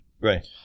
Right